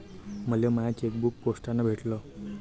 मले my chequebook पोस्टानं भेटल